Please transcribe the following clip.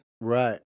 Right